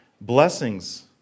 blessings